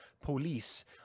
police